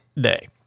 day